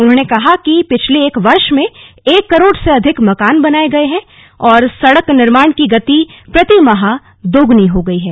उन्होंने कहा कि पिछले एक वर्ष में एक करोड़ से अधिक मकान बनाये गये हैं और सड़क निर्माण की गति प्रति माह दोगुनी हो गई है